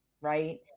right